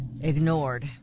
Ignored